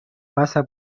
pasa